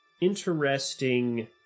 interesting